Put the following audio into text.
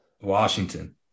Washington